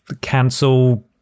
cancel